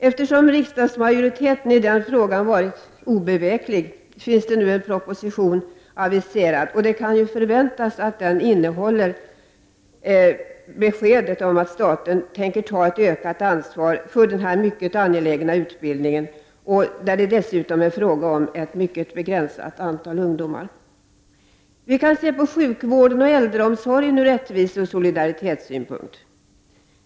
Eftersom riksdagsmajoriteten i den frågan varit obeveklig har en proposition nu aviserats som förväntas innehålla beskedet om att staten tänker ta ett ökat ansvar för denna mycket angelägna utbildning, som rör ett mycket begränsat antal ungdomar. Vi kan se på sjukvården och äldreomsorgen ur rättviseoch solidaritetssynpunkt.